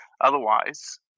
Otherwise